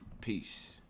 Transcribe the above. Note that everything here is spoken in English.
peace